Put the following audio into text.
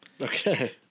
Okay